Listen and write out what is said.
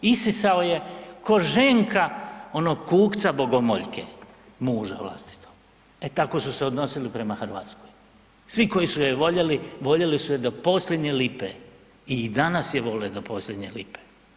Isisao je kao ženka onog kukca bogomoljke, muža vlastitog, e tako su se odnosili prema Hrvatskoj svi koji su je voljeli, voljeli su je do posljednje lipe i danas je vole do posljednje lipe.